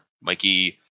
Mikey